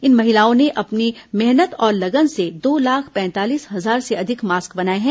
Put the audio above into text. इन महिलाओं ने अपने मेहनत और लगन से दो लाख पैंतालीस हजार से अधिक मास्क बनाए हैं